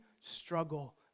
struggle